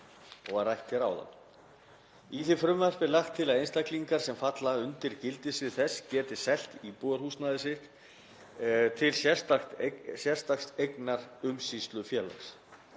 og var rætt hér áðan. Í því frumvarpi er lagt til að einstaklingar sem falla undir gildissvið þess geti selt íbúðarhúsnæði sitt til sérstaks eignaumsýslufélags.